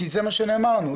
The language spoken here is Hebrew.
כי זה מה שנאמר לנו.